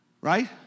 Right